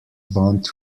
bond